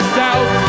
doubt